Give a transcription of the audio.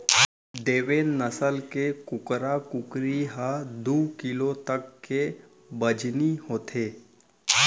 देवेन्द नसल के कुकरा कुकरी ह दू किलो तक के बजनी होथे